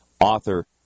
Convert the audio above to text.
author